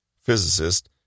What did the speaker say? physicist